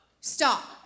Stop